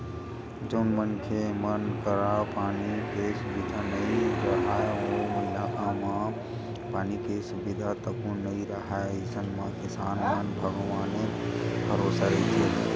जउन मनखे मन करा पानी के सुबिधा नइ राहय ओ इलाका म पानी के सुबिधा तको नइ राहय अइसन म किसान मन भगवाने भरोसा रहिथे